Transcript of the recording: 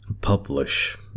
publish